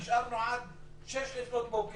נשארנו עד 06:00 לפנות בוקר.